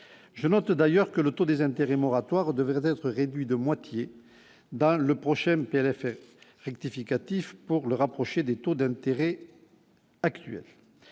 je note d'ailleurs que le taux des intérêts moratoires devraient être réduit de moitié dans le prochaine avait fait rectificatif pour le rapprocher des taux d'intérêt actuel,